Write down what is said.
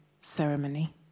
ceremony